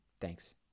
Thanks